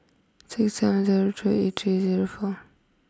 six seven zero three eight three zero four